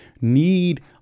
need